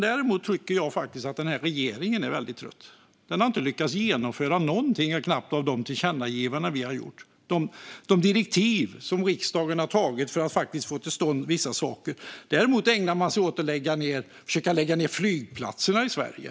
Däremot tycker jag faktiskt att den här regeringen är väldigt trött. Den har knappt lyckats genomföra någonting av de tillkännagivanden som vi har gjort, de direktiv som riksdagen har beslutat för att faktiskt få till stånd vissa saker. Däremot ägnar man sig åt att försöka lägga ned flygplatserna i Sverige.